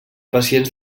pacients